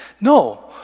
No